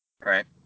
Right